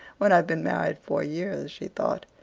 when i've been married four years, she thought.